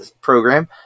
program